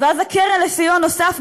ואז הקרן לסיוע נוסף,